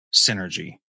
synergy